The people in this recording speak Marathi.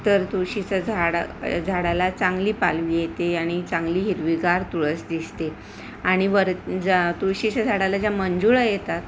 तर तुळशीचं झाडा झाडाला चांगली पालवी येते आणि चांगली हिरवीगार तुळस दिसते आणि वर ज्या तुळशीच्या झाडाला ज्या मंजुळा येतात